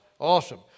awesome